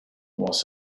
was